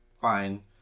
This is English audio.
Fine